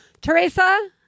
Teresa